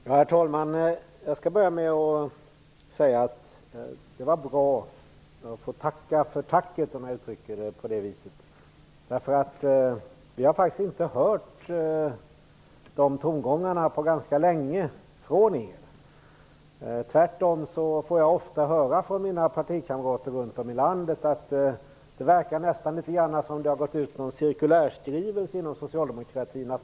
Herr talman! Jag skall börja med att tacka Arne Kjörnsberg för tacket. Vi har faktiskt inte hört sådana tongångar på ganska länge från er socialdemokrater. Tvärtom får jag ofta höra från mina partikamrater runt om i landet att det nästan verkar ha gått ut en cirkulärskrivelse inom socialdemokratin.